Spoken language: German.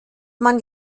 man